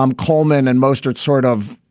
um coleman and mostert sort of,